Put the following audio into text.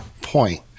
point